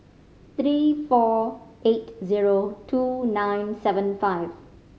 three four eight zero two nine seven five